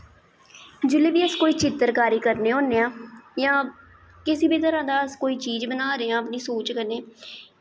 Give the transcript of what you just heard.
जेल्लै बी अस कोई चित्तरकारी करने होन्ने आं जां किसी बी तरह दी कोई चीज बना करने अपनी सोच कन्नै